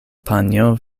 panjo